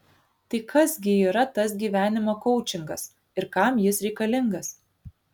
tai kas gi yra tas gyvenimo koučingas ir kam jis reikalingas